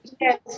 yes